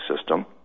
system